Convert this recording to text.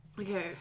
Okay